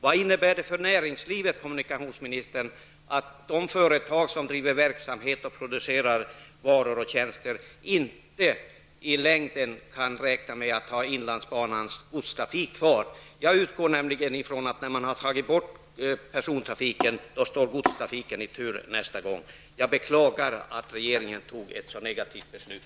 Vad innebär det för näringslivet, kommunikationsministern, att de företag som bedriver verksamhet och producerar varor och tjänster inte i längden kan räkna med att ha inlandsbanans godstrafik kvar? Jag utgår nämligen ifrån, att när man har tagit bort persontrafiken så står godstrafiken i tur nästa gång. Jag beklagar att regeringen fattade ett så negativt beslut.